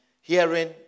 hearing